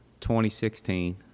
2016